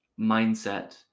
mindset